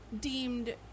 deemed